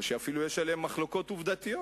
או שאפילו יש עליהם מחלוקות עובדתיות,